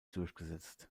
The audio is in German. durchgesetzt